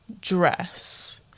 Dress